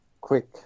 quick